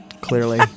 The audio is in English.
Clearly